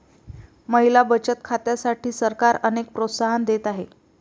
महिला बचत खात्यांसाठी सरकार अनेक प्रोत्साहन देत आहे